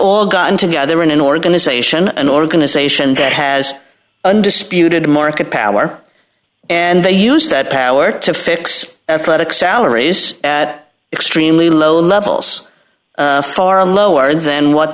all gotten together in an organization an organization that has undisputed market power and they use that power to fix ethics alaric at extremely low levels far lower than what